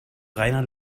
reiner